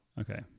Okay